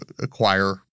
acquire